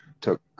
took